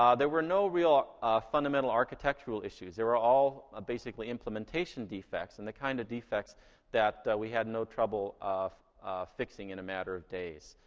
um there were no real fundamental architectural issues. they were all basically implementation defects, and the kind of defects that we had no trouble fixing in a matter of days.